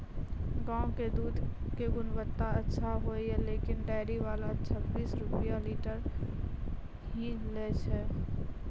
गांव के दूध के गुणवत्ता अच्छा होय या लेकिन डेयरी वाला छब्बीस रुपिया लीटर ही लेय छै?